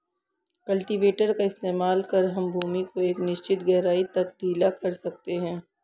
cultivator का इस्तेमाल कर हम भूमि को एक निश्चित गहराई तक ढीला कर सकते हैं